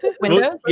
windows